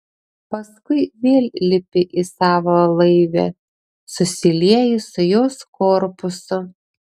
paskui vėl lipi į savo laivę susilieji su jos korpusu